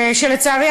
ולצערי,